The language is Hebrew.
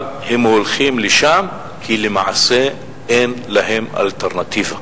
הם הולכים לשם כי למעשה אין להם אלטרנטיבה.